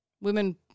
women